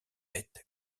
bête